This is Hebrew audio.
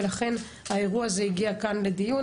ולכן האירוע הזה הגיע כאן לדיון.